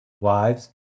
Wives